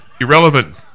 irrelevant